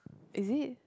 is it